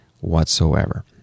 whatsoever